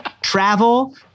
travel